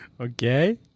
Okay